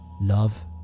love